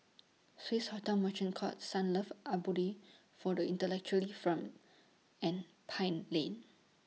Swissotel Merchant Court Sunlove Abode For The Intellectually from and Pine Lane